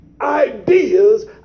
ideas